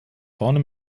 vorne